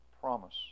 Promise